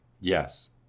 yes